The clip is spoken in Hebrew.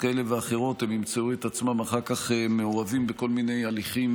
כאלה או אחרות הם ימצאו את עצמם אחר כך מעורבים בכל מיני הליכים,